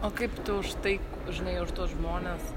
o kaip tu už tai žinai už tuos žmones